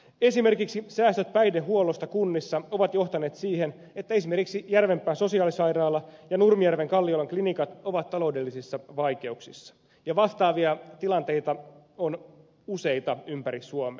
esimerkiksi säästöt päihdehuollosta kunnissa ovat johtaneet siihen että esimerkiksi järvenpään sosiaalisairaala ja nurmijärven kalliolan klinikat ovat taloudellisissa vaikeuksissa ja vastaavia tilanteita on useita ympäri suomea